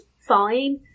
fine